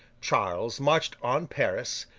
charles marched on paris,